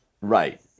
Right